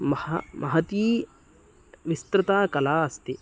मह महती विस्तृता कला अस्ति